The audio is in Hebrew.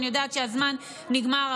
אני יודעת שהזמן נגמר,